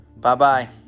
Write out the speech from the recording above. Bye-bye